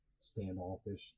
standoffish